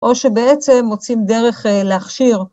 או שבעצם מוצאים דרך להכשיר.